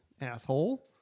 asshole